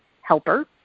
Helper